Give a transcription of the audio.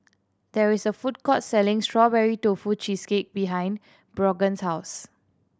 there is a food court selling Strawberry Tofu Cheesecake behind Brogan's house